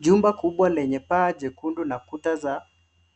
Jumba kubwa lenye paa jekundu na kuta za